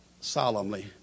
solemnly